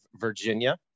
virginia